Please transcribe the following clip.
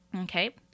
Okay